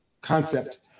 concept